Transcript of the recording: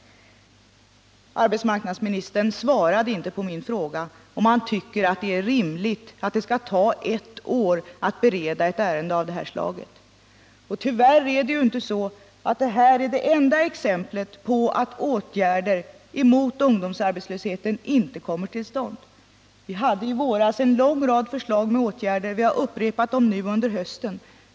Arbetsmarknadsministern svarade inte på min fråga om han tycker att det är rimligt att det skall ta ett år att bereda ett ärende av det här slaget. Tyvärr är inte detta det enda exemplet på att åtgärder för att motverka ungdomsarbetslösheten inte kommer till stånd. Vi framförde i våras en lång rad förslag till åtgärder, och vi har upprepat dem nu under hösten.